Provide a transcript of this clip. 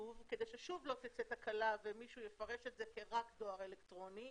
כדי ששוב לא תצא תקלה ומישהו יפרש את זה רק כדואר אלקטרוני,